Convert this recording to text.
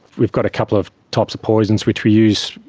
we've got a couple of types of poisons which we use,